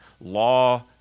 law